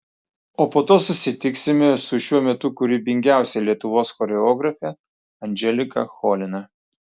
o po to susitiksime su šiuo metu kūrybingiausia lietuvos choreografe andželika cholina